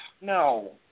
No